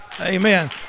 Amen